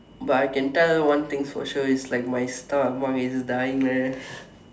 but I can tell one thing for sure is like my stomach is like that